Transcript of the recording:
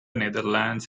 netherlands